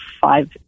five